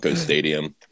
Stadium